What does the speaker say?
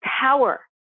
power